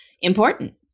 important